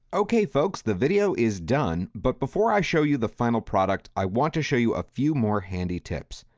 okay, folks, the video is done. but before i show you the final product, i want to show you a few more handy tips.